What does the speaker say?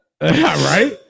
right